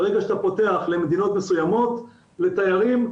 ברגע שאתה פותח למדינות מסוימות לתיירים,